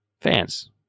fans